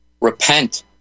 Repent